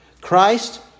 Christ